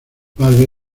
padre